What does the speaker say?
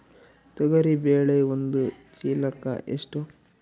ತೊಗರಿ ಬೇಳೆ ಒಂದು ಚೀಲಕ ಎಷ್ಟು?